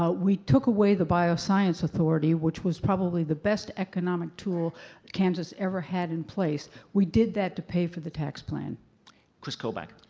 ah we took away the bioscience authority, which was probably the best economic tool kansas ever had in place. we did that to pay for the tax plan. nick kris kobach.